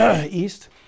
east